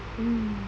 mm